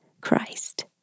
Christ